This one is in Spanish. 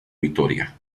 vitoria